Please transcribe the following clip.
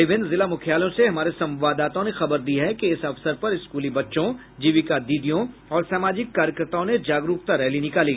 विभिन्न जिला मुख्यालयों से हमारे संवाददाताओं ने खबर दी है कि इस अवसर पर स्कूली बच्चों जीविका दीदीयों और सामाजिक कार्यकर्ताओं ने जागरूकता रैली निकाली